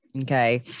Okay